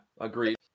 agreed